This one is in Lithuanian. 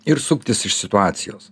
ir suktis iš situacijos